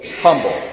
humble